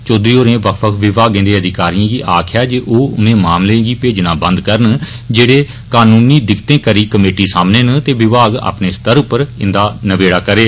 चौधरी होरें बक्ख बक्ख विभागें दे अधिकारिएं गी आक्खेआ जे ओह् उनें मामले गी भेजना बंद करन जेड़े कानूनी दिक्कतें करी कमेटी सामने ने ते विभाग अपने स्तर पर इन्दा नब्बेड़ा करै